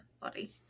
body